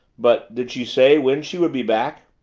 but did she say when she would be back?